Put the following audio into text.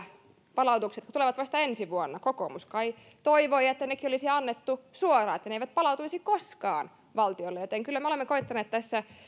palautuksia jotka tulevat vasta ensi vuonna kokoomus kai toivoi että nekin olisi annettu suoraan niin että ne eivät palautuisi koskaan valtiolle joten kyllä me olemme koettaneet tässä